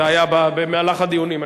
זה היה במהלך הדיונים.